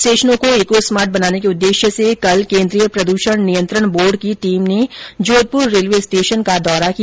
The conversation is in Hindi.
स्टेशनों को इको स्मार्ट बनाने के उददेश्य से कल केन्द्रीय प्रद्षण नियंत्रण बोर्ड की टीम ने जोधपुर रेलवे स्टेशन का दौरा किया